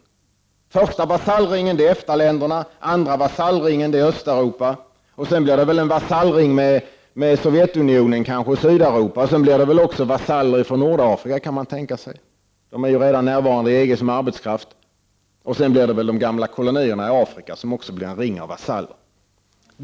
Den första vasallringen är EFTA-länderna, den andra är Östeuropa och sedan blir det väl en vasallring med Sovjetunionen och Sydeuropa. Därefter kan man väl tänka sig att det blir en vasallring med stater i Nordafrika. Afrikanerna finns ju redan med i EG som arbetskraft. Sedan blir väl också de gamla kolonierna i Afrika en ring av vasaller.